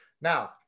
now